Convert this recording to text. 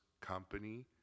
company